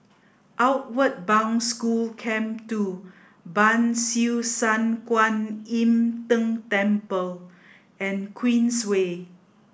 Outward Bound School Camp Two Ban Siew San Kuan Im Tng Temple and Queensway